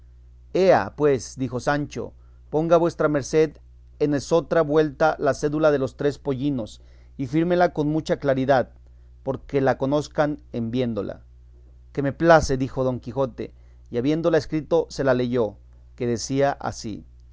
ea pues dijo sancho ponga vuestra merced en esotra vuelta la cédula de los tres pollinos y fírmela con mucha claridad porque la conozcan en viéndola que me place dijo don quijote y habiéndola escrito se la leyó que decía ansí